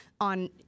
on